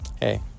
Hey